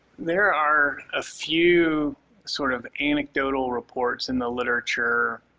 there are a few sort of anecdotal reports in the literature.